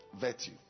virtue